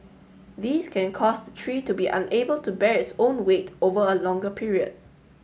these can cause the tree to be unable to bear its own weight over a longer period